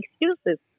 excuses